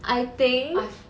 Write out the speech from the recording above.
I think